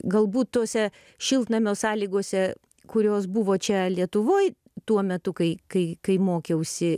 galbūt tose šiltnamio sąlygose kurios buvo čia lietuvoj tuo metu kai kai kai mokiausi